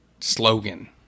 slogan